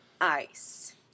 ice